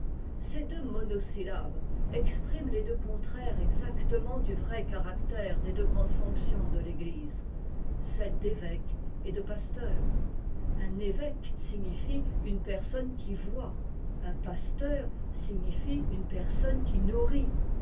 ces deux monosyllabes expriment les deux contraires exactement du vrai caractère des deux grandes fonctions de l'eglise celles d'évêque et de pasteur un evêque signifie une personne qui voit i un pasteur signifie une personne i